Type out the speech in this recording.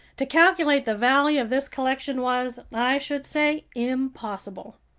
to calculate the value of this collection was, i should say, impossible.